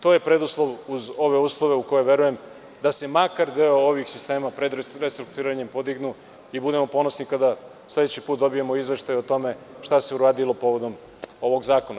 To je preduslov uz ove uslove u koje, verujem, da se makar deo sistema pred restrukturiranjem podignu i budemo ponosni kada sledeći put dobijemo izveštaj o tome šta se uradilo povodom ovog zakona.